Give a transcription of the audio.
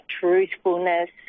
truthfulness